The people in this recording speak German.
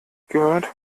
gehört